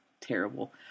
terrible